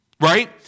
right